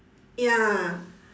ya